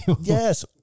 Yes